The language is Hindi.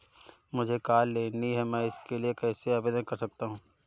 मुझे कार लेनी है मैं इसके लिए कैसे आवेदन कर सकता हूँ?